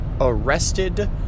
arrested